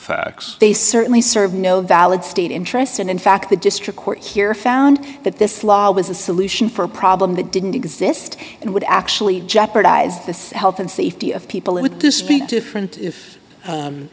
facts they certainly serve no valid state interest and in fact the district court here found that this law was a solution for a problem that didn't exist and would actually jeopardize the health and safety of people in this big different if